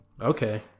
Okay